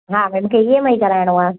हा हिनखे E M I में कराइणो आहे